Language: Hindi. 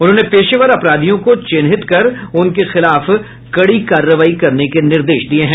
उन्होंने पेशेवर अपराधियों को चिन्हित कर उनके खिलाफ कड़ी कार्रवाई करने के निर्देश दिये हैं